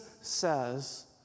says